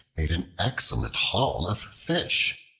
made an excellent haul of fish.